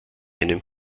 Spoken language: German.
einem